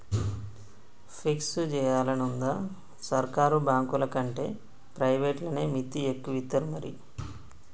fix జేయాలనుందా, సర్కారు బాంకులకంటే ప్రైవేట్లనే మిత్తి ఎక్కువిత్తరు మరి